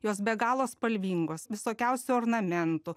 jos be galo spalvingos visokiausių ornamentų